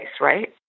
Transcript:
right